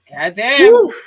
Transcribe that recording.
Goddamn